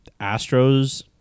Astros